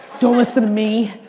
don't listen to me,